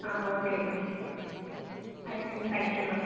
ah okay ma'am thank you ma'am